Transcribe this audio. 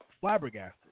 Flabbergasted